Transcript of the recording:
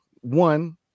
one